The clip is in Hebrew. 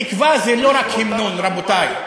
תקווה זה לא רק המנון, רבותי.